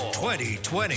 2020